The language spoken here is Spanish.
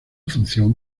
función